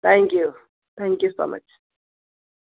thank you thank you so much